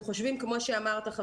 כמו שאמרת קודם,